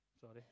sorry